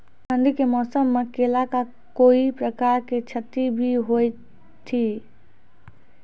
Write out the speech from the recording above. ठंडी के मौसम मे केला का कोई प्रकार के क्षति भी हुई थी?